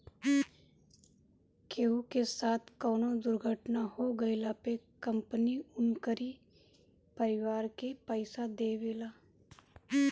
केहू के साथे कवनो दुर्घटना हो गइला पे कंपनी उनकरी परिवार के पईसा देवेला